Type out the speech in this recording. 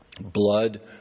blood